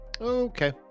okay